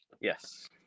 Yes